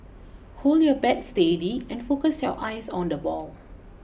hold your bat steady and focus your eyes on the ball